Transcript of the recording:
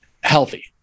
healthy